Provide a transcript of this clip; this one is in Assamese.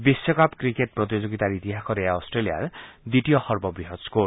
বিশ্বকাপ ক্ৰিকেট প্ৰতিযোগিতাৰ ইতিহাসত এয়া অট্টেলিয়াৰ দ্বিতীয় সৰ্ববৃহৎ স্কৰ